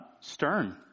stern